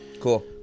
Cool